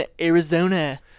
Arizona